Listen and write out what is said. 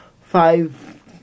five